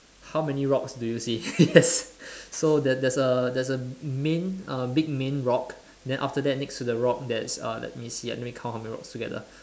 how many rocks do you see yes so there there's a there's a main uh big main rock then after that next to the rock there's uh let me see ah let me count how many rocks altogether